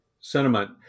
sentiment